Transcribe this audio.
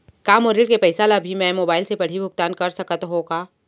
का मोर ऋण के पइसा ल भी मैं मोबाइल से पड़ही भुगतान कर सकत हो का?